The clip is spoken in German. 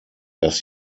dass